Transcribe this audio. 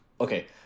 okay